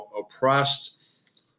oppressed